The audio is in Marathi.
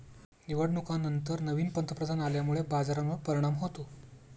निवडणुकांनंतर नवीन पंतप्रधान आल्यामुळे बाजारावर परिणाम होतो